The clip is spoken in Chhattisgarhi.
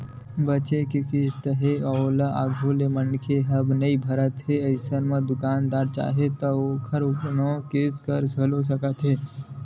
बचें के किस्त हे ओला आघू वाले मनखे ह नइ भरत हे अइसन म दुकानदार चाहय त ओखर नांव म केस घलोक कर सकत हे